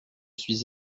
suis